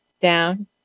down